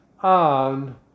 on